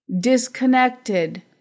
disconnected